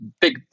big